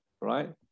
right